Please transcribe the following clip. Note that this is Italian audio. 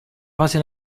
fase